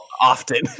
often